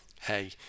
Hey